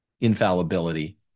infallibility